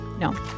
No